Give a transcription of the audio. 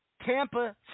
Tampa